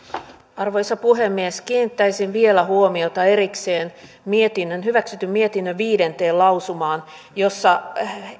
arvoisa puhemies kiinnittäisin vielä huomiota erikseen hyväksytyn mietinnön viidenteen lausumaan jossa